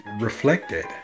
reflected